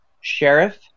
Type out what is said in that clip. sheriff